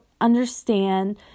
understand